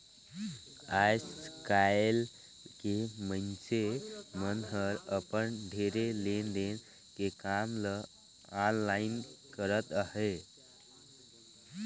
आएस काएल के मइनसे मन हर अपन ढेरे लेन देन के काम ल आनलाईन करत अहें